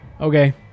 okay